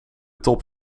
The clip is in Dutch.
top